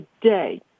today